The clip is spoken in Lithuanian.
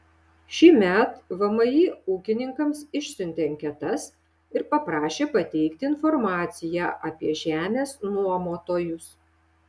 šįmet vmi ūkininkams išsiuntė anketas ir paprašė pateikti informaciją apie žemės nuomotojus